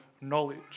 knowledge